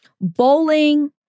bowling